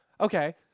Okay